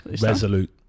Resolute